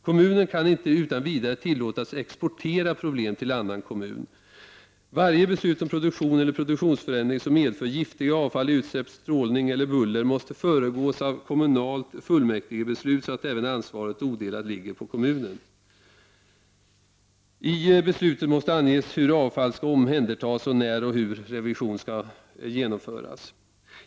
Kommunen kan inte utan vidare tillåtas ”exportera” problem till en annan kommun. Varje beslut om produktion eller produktionsförändring som medför giftiga avfall, utsläpp, strålning eller buller måste föregås av ett kommunalt fullmäktigebeslut, så att även ansvaret odelat ligger på kommunen. I beslutet måste anges hur avfall skall omhändertas samt när och hur revision skall genomföras.